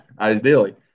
ideally